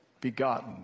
begotten